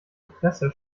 presse